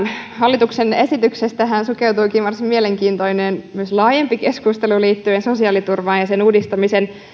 hallituksen esityksestähän sukeutuikin varsin mielenkiintoinen ja myös laajempi keskustelu liittyen sosiaaliturvaan ja sen uudistamisen